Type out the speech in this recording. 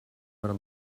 gonna